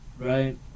right